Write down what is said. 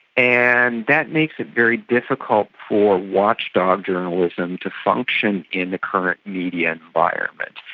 and that makes it very difficult for watchdog journalism to function in the current media environment.